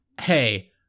hey